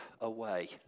away